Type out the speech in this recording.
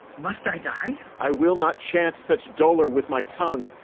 must i die? i will not chant such dolor with my tongue,